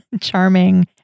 Charming